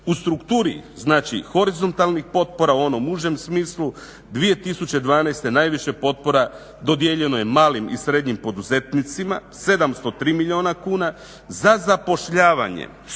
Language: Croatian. U strukturi, znači horizontalnih potpora u onom užem smislu 2012. najviše potpora dodijeljeno je malim i srednjim poduzetnicima 703 milijuna kuna, za zapošljavanje